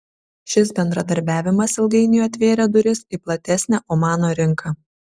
šis bendradarbiavimas ilgainiui atvėrė duris į platesnę omano rinką